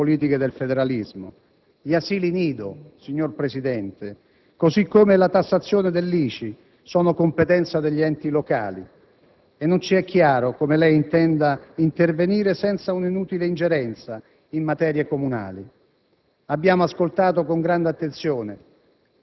facendo così prevedere una scarsa attenzione alle politiche del federalismo. Gli asili nido, signor Presidente, così come la tassazione dell'ICI, sono competenza degli enti locali e non ci è chiaro come lei intenda intervenire senza un'inutile ingerenza in materie comunali.